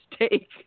mistake